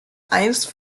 einst